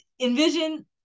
envision